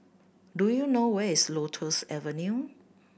do you know where is Lotus Avenue